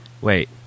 Wait